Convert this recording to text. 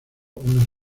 unas